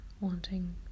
wanting